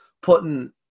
putting